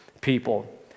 people